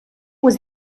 was